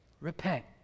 repent